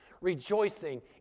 rejoicing